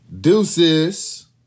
deuces